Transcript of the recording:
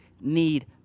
need